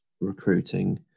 recruiting